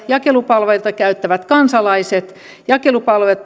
jakelupalveluita käyttäviä kansalaisia ja jakelupalveluita